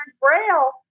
Braille